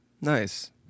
Nice